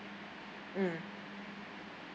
mm